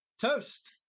Toast